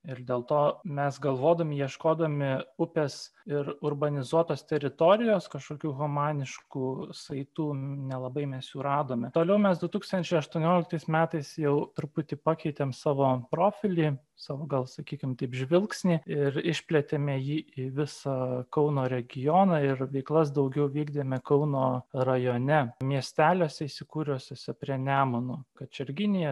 ir dėl to mes galvodami ieškodami upės ir urbanizuotos teritorijos kažkokių humaniškų saitų nelabai mes jų radome toliau mes du tūkstančiai aštuonioliktais metais jau truputį pakeitėm savo profilį savo gal sakykim taip žvilgsnį ir išplėtėme jį į visą kauno regioną ir veiklas daugiau vykdėme kauno rajone miesteliuose įsikūrusiuose prie nemuno kačerginėje